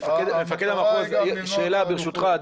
מפקד המחוז, שאלה, ברשותך.